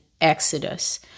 exodus